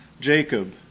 Jacob